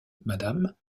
madame